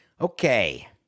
Okay